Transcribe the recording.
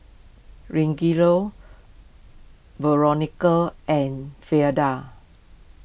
Rogelio Veronica and Fleda